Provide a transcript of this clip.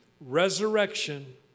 Resurrection